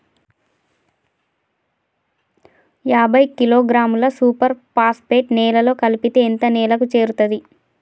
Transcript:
యాభై కిలోగ్రాముల super phosphate నేలలో కలిపితే ఎంత నేలకు చేరుతది?